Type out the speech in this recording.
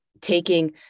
taking